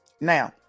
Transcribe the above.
Now